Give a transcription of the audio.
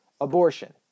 Abortion